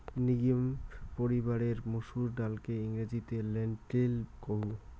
legume পরিবারের মসুর ডালকে ইংরেজিতে লেন্টিল কুহ